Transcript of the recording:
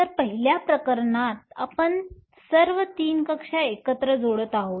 तर पहिल्या प्रकरणात आपण सर्व 3 कक्षा एकत्र जोडत आहोत